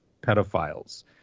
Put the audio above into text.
pedophiles